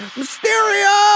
Mysterio